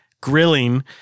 Grilling